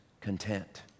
content